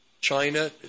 China